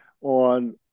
on